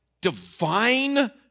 divine